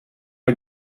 are